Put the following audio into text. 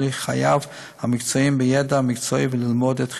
חייו המקצועיים בידע המקצועי וללמוד את חידושיו.